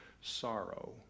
sorrow